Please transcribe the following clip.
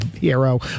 hero